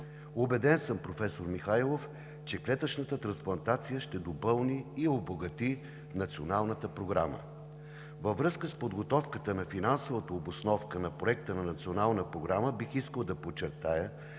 Убеден съм, професор Михайлов, че клетъчната трансплантация ще допълни и обогати Националната програма. Във връзка с подготовката на финансовата обосновка на Проекта на Националната програма бих искал да подчертая,